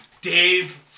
Dave